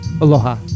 Aloha